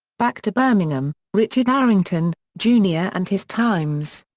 back to birmingham richard arrington, jr. and his times.